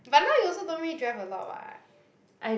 but now you also don't let me drive a lot [what]